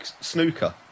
snooker